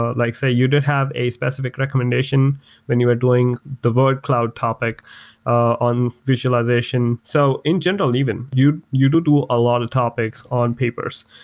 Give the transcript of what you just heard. ah like say, you did have a specific recommendation when you are doing the board cloud topic ah on visualization. so in general even, you you do do a lot of topics on papers.